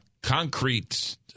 concrete